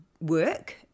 work